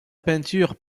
peinture